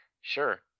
Sure